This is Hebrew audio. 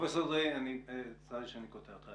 פרופ' אדרעי, צר לי שאני קוטע אותך.